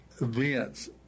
events